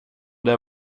det